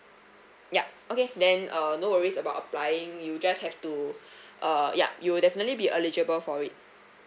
yup okay then uh no worries about applying you just have to uh yup you'll definitely be eligible for it